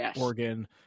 Oregon